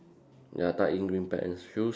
ya tuck in green pants shoes